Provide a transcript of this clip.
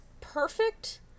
perfect